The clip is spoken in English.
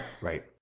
Right